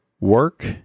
Work